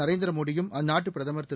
நரேந்திர மோடியும் அந்நாட்டு பிரதமர் திரு